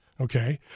Okay